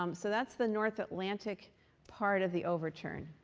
um so that's the north atlantic part of the overturn.